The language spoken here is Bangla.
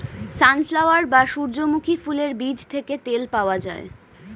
সানফ্লাওয়ার বা সূর্যমুখী ফুলের বীজ থেকে তেল পাওয়া যায়